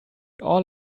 all